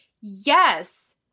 yes